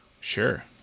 Sure